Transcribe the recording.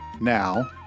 now